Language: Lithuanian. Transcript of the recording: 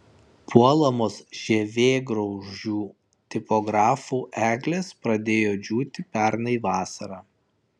puolamos žievėgraužių tipografų eglės pradėjo džiūti pernai vasarą